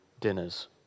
dinners